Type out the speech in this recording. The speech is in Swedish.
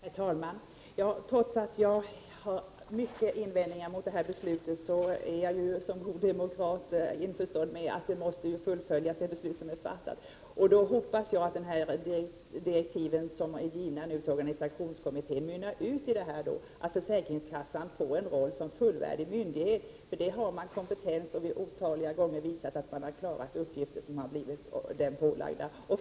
Herr talman! Trots att jag har många invändningar mot beslutet är jag som god demokrat införstådd med att det beslut som är fattat måste fullföljas. Jag hoppas att de direktiv som givits till organisationskommittén mynnar ut i att försäkringskassorna får en roll som fullvärdig myndighet, vilket de har kompetens för. De har otaliga gånger visat att de klarar uppgifter som blivit dem ålagda.